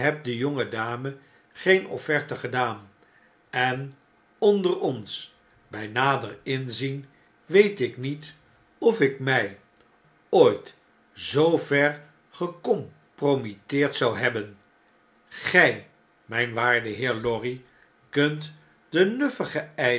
der jonge dame geen offerte gedaan en onder ons bjj nader inzien weet ik niet ofikmjj ooit zoo ver gecompromitteerd zou hebben gij mjjn waarde heer lorry kunt